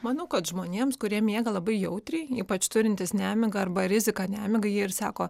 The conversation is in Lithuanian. manau kad žmonėms kurie miega labai jautriai ypač turintys nemigą arba riziką nemigai jie ir sako